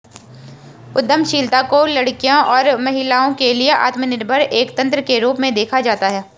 उद्यमशीलता को लड़कियों और महिलाओं के लिए आत्मनिर्भरता एक तंत्र के रूप में देखा जाता है